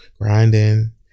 grinding